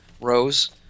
rows